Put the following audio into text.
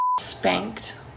spanked